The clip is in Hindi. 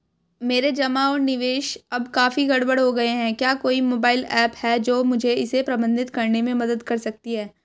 मेरे जमा और निवेश अब काफी गड़बड़ हो गए हैं क्या कोई मोबाइल ऐप है जो मुझे इसे प्रबंधित करने में मदद कर सकती है?